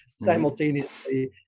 simultaneously